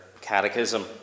catechism